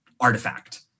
artifact